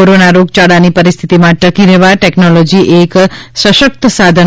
corona રોગયાળાની પરિસ્થિતિમાં ટકી રહેવા ટેકનોલોજી એક સશકત સાધન